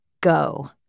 go